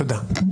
טלי, תודה.